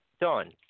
done